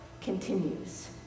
continues